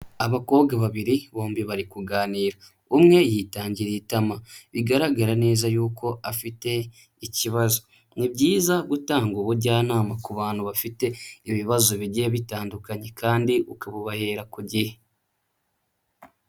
Abakobwa babiri bombi bari kuganira umwe yitangiriye itama, bigaragara neza y'uko afite ikibazo, ni byiza gutanga ubujyanama ku bantu bafite ibibazo bigiye bitandukanye kandi ukabubahera ku gihe.